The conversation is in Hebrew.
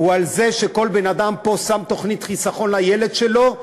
הוא על זה שכל בן-אדם פה שם תוכנית חיסכון לילד שלו,